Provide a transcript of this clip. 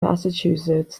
massachusetts